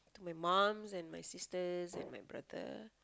my mums and my sisters and my brother